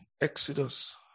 Exodus